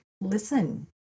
listen